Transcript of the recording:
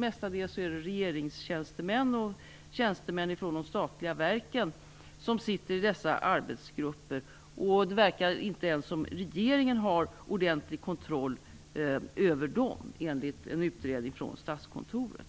Mestadels är det regeringstjänstemän och tjänstemän från de statliga verken som sitter i dessa arbetsgrupper. Det verkar inte som om ens regeringen har ordentlig kontroll över dem, enligt en utredning från Statskontoret.